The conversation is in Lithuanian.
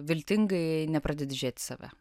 viltingai nepradedi žiūrėt į save